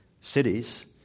cities